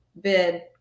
bid